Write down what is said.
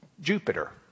Jupiter